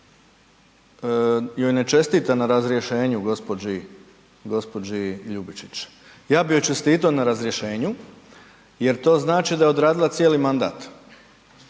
joj ne čestita na razrješenju gđi. Ljubičić. Ja bi joj čestitao na razrješenju jer to znači daje odradila cijeli mandat